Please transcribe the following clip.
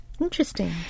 Interesting